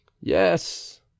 Yes